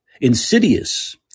insidious